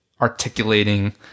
articulating